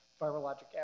virologic